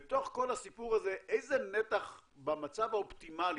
בתוך כל הסיפור הזה איזה נתח במצב האופטימלי,